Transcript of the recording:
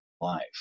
life